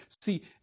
See